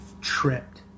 tripped